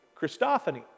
Christophany